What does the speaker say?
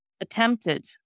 attempted